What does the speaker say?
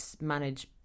manage